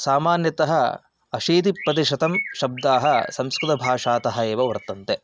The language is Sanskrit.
सामान्यतः अशीतिप्रतिशतं शब्दाः संस्कृतभाषातः एव वर्तन्ते